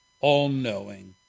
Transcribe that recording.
all-knowing